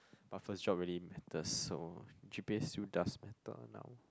but first job really matters so G_P_A still does matter now